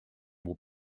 will